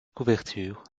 couvertures